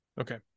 Okay